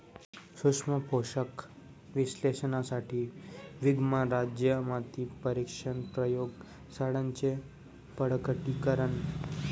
सूक्ष्म पोषक विश्लेषणासाठी विद्यमान राज्य माती परीक्षण प्रयोग शाळांचे बळकटीकरण